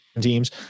teams